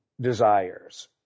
desires